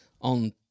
on